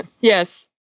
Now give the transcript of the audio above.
Yes